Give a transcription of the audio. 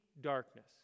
darkness